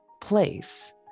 place